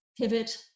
pivot